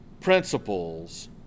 principles